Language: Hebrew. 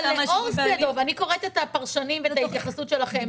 אני קוראת את הפרשנים ואת ההתייחסות שלכם.